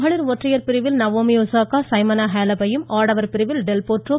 மகளிர் ஒற்றையர் பிரிவில் நவோமி ஒசாகா சைமோனா ஹாலப் பும் ஆடவர் பிரிவில் டெல் போட்ரோ